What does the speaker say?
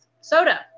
Soda